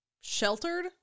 sheltered